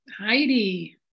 Heidi